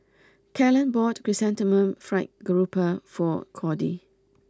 Kellan bought Chrysanthemum Fried Garoupa for Cody